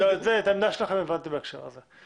--- הבנתי את העמדה שלכם בהקשר הזה.